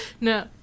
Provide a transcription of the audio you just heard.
No